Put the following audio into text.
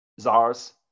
czars